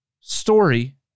story